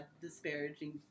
disparaging